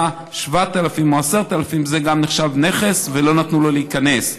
7,000 או 10,000 ש"ח זה גם נחשב נכס ולא נתנו להיכנס,